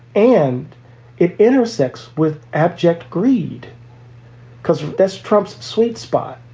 and it intersects with abject greed because that's trump's sweet spot.